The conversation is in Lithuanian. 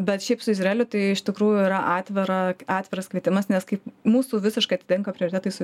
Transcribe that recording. bet šiaip su izraeliu tai iš tikrųjų yra atvira atviras kvietimas nes kaip mūsų visiškai atitinka prioritetai su